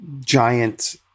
giant